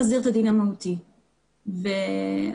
בכל מה שקשור לדין המהותי,